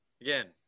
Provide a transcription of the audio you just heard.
Again